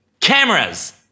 cameras